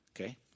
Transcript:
Okay